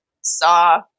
saw